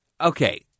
okay